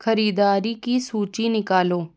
ख़रीदारी की सूची निकालो